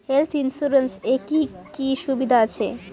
Health insurance এ কি কি সুবিধা আছে?